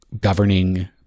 governing